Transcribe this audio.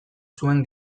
zuen